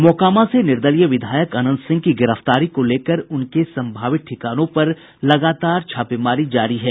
मोकामा से निर्दलीय विधायक अनंत सिंह की गिरफ्तारी को लेकर उनके संभावित ठिकानों पर लगातार छापेमारी जारी है